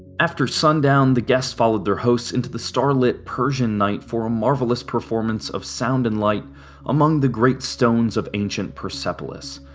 after sundown, the guests followed their hosts into the starlit persian night for a marvelous performance of sound and light among the great stones of ancient persepolis.